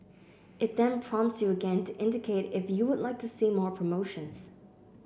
it then prompts you again to indicate if you would like to see more promotions